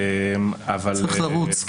כן, צריך לרוץ.